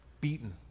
beaten